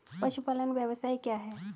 पशुपालन व्यवसाय क्या है?